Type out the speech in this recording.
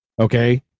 okay